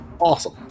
awesome